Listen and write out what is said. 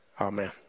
Amen